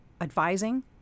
advising